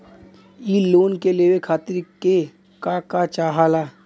इ लोन के लेवे खातीर के का का चाहा ला?